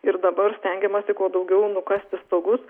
ir dabar stengiamasi kuo daugiau nukasti stogus